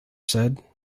said